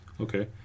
Okay